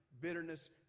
bitterness